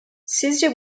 sizce